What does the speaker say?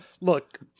Look